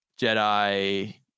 Jedi